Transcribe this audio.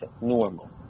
normal